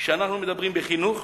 כשאנחנו מדברים בחינוך,